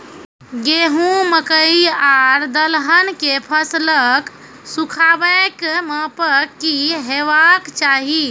गेहूँ, मकई आर दलहन के फसलक सुखाबैक मापक की हेवाक चाही?